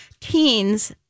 teens